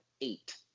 eight